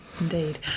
Indeed